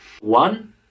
one